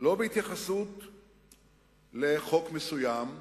לא בהתייחסות לחוק מסוים,